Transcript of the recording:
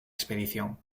expedición